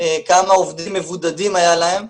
כמה עובדים מבודדים היו להם,